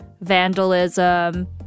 vandalism